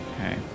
okay